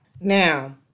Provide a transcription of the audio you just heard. Now